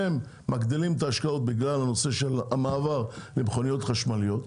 הם מגדילים את ההשקעות בגלל המעבר למכוניות חשמליות,